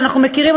אנחנו מכירים,